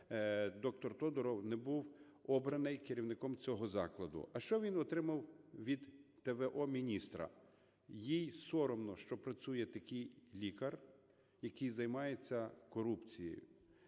доктор Тодуров не був обраний керівником цього закладу. А що він отримав від т.в.о. міністра? Їй соромно, що працює такий лікар, який займається корупцією.